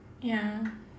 ya